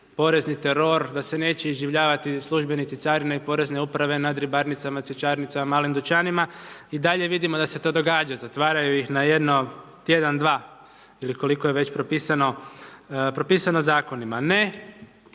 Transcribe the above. porezni teror, da se neće iživljavati službenici carine, porezne uprave, nad ribarnicama, cvjećarnicama, malim dućanima i dalje vidimo da se to događa, zatvaraju ih na jedno tjedan, dva ili koliko je već propisano zakonima. Ne,